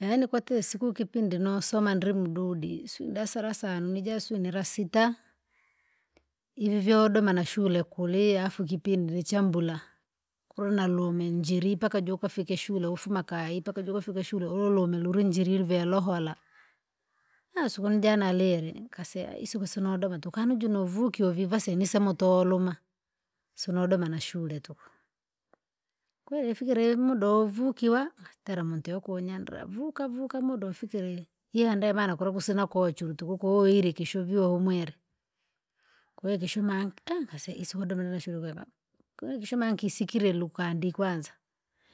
Yaani kwati siku kipindi nosoma ndri mududi sijui darasa la sano nijasunira lasisita, ivi vyodoma na shule kuliye afu kipindi nichambura, kulu naruminjili mpaka jukafike shule ufuma kayi mpaka jukafike shule ululume lulinjiri luvya lohora. aaha siku nijana nalile nkaseya isiku sinodoma tuku kanujo nuvukie uvivasi nisemo toluma, sinodoma nashule tuku. Kweri ifikire imuda uvukiwa atere muntu yokunyandara vuka vuka muda ufikire, yiandaa mara kura kusina kochu tuku kukoyile ikishuviwa humwire, koo ikishumanke nkaseya isiku doma nshule nkweva, koo ikishuma nkisikire lukandi kwanza,